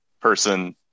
person